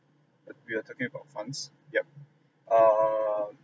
we are talking about funds yup ah